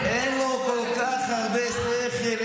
אין לו כל כך הרבה שכל,